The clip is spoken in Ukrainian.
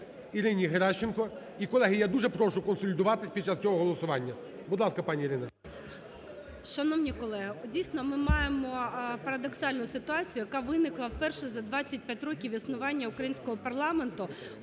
Ірині Геращенко. І, колеги, я дуже прошу консолідуватися під час цього голосування. Будь ласка, пані Ірина. 13:51:44 ГЕРАЩЕНКО І.В. Шановні колеги, дійсно, ми маємо парадоксальну ситуацію, яка виникла вперше за 25 років існування українського парламенту,